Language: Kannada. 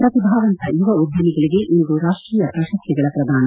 ಪ್ರತಿಭಾವಂತ ಯುವ ಉದ್ಯಮಿಗಳಿಗೆ ಇಂದು ರಾಷ್ಟೀಯ ಪ್ರಶಸ್ತಿಗಳ ಪ್ರದಾನ